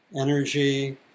energy